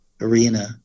Arena